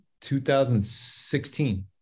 2016